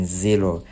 zero